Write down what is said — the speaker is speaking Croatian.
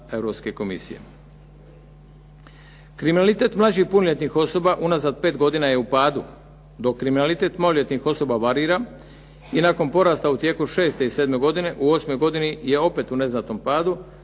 Kriminalitet mlađih punoljetnih osoba unazad 5 godina je u padu dok kriminalitet maloljetnih osoba varira i nakon porasta u tijeku 6 i 7 godine, u 8 godini je opet u neznatnom padu